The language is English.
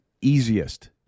easiest